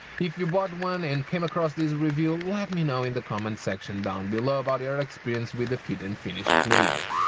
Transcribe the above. if you bought one and came across this review let me know in the comments section down below about your and experience with the fit and finish please.